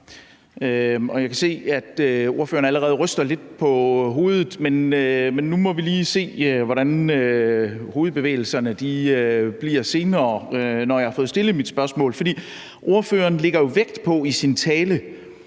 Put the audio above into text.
Jeg kan se, at ordføreren allerede ryster lidt på hovedet, men nu må vi lige se, hvordan hovedbevægelserne bliver senere, når jeg har fået stillet mit spørgsmål. Ordføreren lægger jo vægt på i sin tale,